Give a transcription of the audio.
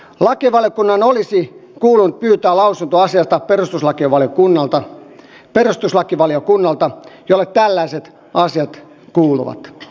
lakivaliokunnan olisi kuulunut pyytää lausunto asiasta perustuslakivaliokunnalta jolle tällaiset asiat kuuluvat